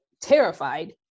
terrified